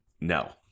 no